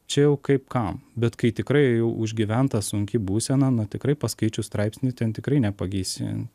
čia jau kaip kam bet kai tikrai užgyventa sunki būsena na tikrai paskaičius straipsnį ten tikrai nepagysi